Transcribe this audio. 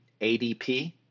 ADP